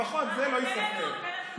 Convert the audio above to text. לפחות זה לא יתפספס.